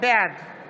בעד